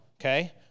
okay